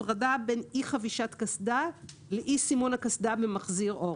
הסעיף השני הוא הפרדה בין אי חבישת קסדה לאי סימון הקסדה במחזיר אור.